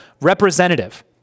representative